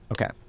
Okay